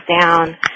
down